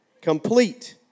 Complete